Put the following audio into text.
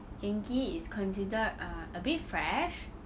Genki is considered ah a bit fresh